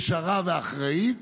ישרה ואחראית.